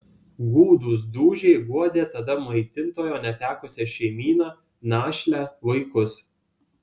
gūdūs dūžiai guodė tada maitintojo netekusią šeimyną našlę vaikus